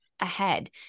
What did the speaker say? ahead